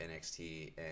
NXT